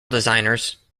designers